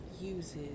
uses